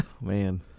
Man